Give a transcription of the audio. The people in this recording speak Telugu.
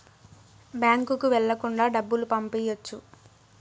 బ్యాంకుకి వెళ్ళకుండా డబ్బులు పంపియ్యొచ్చు